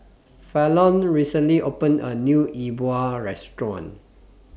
Fallon recently opened A New E Bua Restaurant